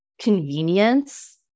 convenience